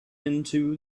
into